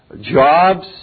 jobs